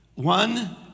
One